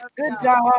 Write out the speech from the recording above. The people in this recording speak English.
good job,